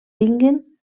tinguin